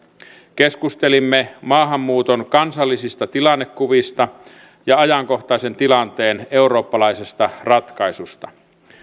keskustelimme maahanmuuton kansallisista tilannekuvista ja ajankohtaisen tilanteen eurooppalaisista ratkaisuista